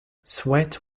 sweat